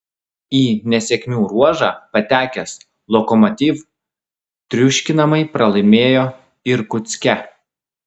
į nesėkmių ruožą patekęs lokomotiv triuškinamai pralaimėjo irkutske